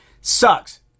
sucks